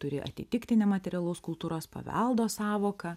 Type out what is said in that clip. turi atitikti nematerialaus kultūros paveldo sąvoką